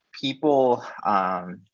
people